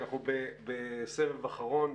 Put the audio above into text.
אנחנו בסבב אחרון.